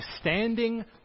standing